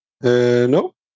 no